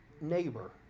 neighbor